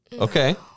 Okay